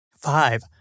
Five